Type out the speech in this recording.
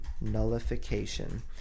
nullification